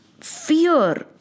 fear